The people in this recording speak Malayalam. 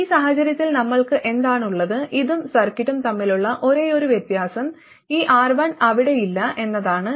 ഈ സാഹചര്യത്തിൽ നമ്മൾക്ക് എന്താണുള്ളത് ഇതും സർക്യൂട്ടും തമ്മിലുള്ള ഒരേയൊരു വ്യത്യാസം ഈ R1 അവിടെയില്ല എന്നതാണ്